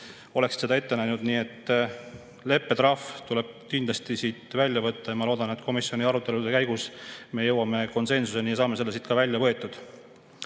seda ette nägema. Nii et leppetrahv tuleb kindlasti siit välja võtta. Ma loodan, et komisjoni arutelude käigus me jõuame konsensusele ja saame selle siit ka välja võetud.